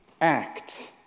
act